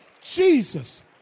Jesus